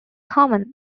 common